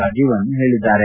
ರಾಜೀವನ್ ಹೇಳಿದ್ದಾರೆ